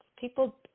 People